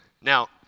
now